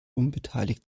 unbeteiligt